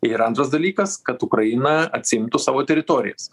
ir antras dalykas kad ukraina atsiimtų savo teritorijas